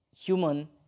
human